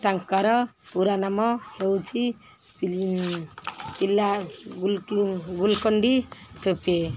ତାଙ୍କର ପୁରା ନାମ ହେଉଛି ପିଲା ଗୁଲକଣ୍ଡି ତୋପେ